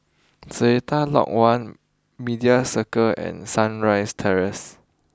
Seletar Lodge one Media Circle and Sunrise Terrace